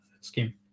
scheme